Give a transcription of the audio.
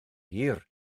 hir